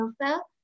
Profile